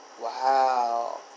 Wow